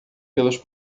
pelos